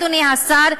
אדוני השר,